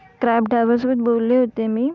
crab ड्रायव्हरसोबत बोलले होते मी